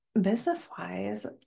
business-wise